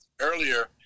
earlier